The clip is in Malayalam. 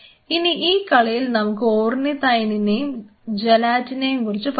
ഇനി ഈ കളിയിൽ നമുക്ക് ഓർനിതൈനേയും ജലാറ്റിനും കുറിച്ച് പറയാം